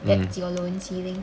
that's your loan ceiling